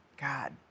God